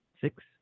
six